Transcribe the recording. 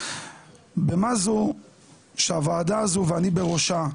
במה זו שהוועדה הזו ואני בראשה,